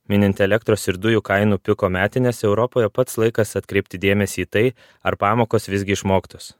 minint elektros ir dujų kainų piko metines europoje pats laikas atkreipti dėmesį į tai ar pamokos visgi išmoktos